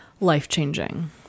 Life-changing